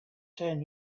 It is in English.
ten